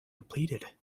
depleted